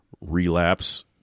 relapse